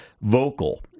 vocal